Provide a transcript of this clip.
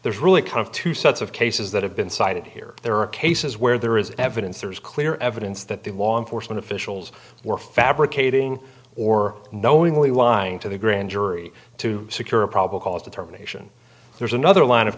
there's really kind of two sets of cases that have been cited here there are cases where there is evidence there is clear evidence that the law enforcement officials were fabricating or knowingly lying to the grand jury to secure a probable cause determination there's another line of